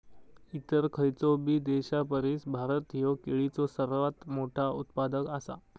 इतर खयचोबी देशापरिस भारत ह्यो केळीचो सर्वात मोठा उत्पादक आसा